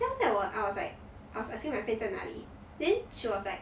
then after that I was like I was asking my friend 在哪里 then she was like